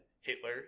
Hitler